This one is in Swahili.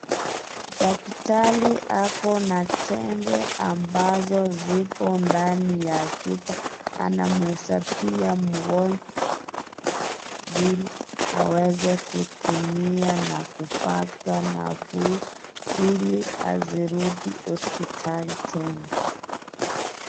Daktari, ako na tembe, ambazo zipo ndani ya chupa. Anamuhesabia mgonjwa mbili, aweze kutumia na kupata nafuu, ili asirudi hosipitali tena.